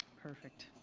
perfect.